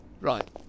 Right